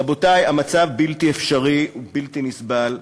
רבותי, המצב בלתי אפשרי ובלתי נסבל.